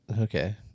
Okay